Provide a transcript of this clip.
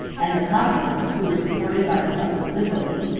and the populace, who were supported by the public liberality,